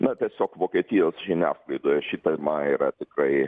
na tiesiog vokietijos žiniasklaidoje ši tema yra tikrai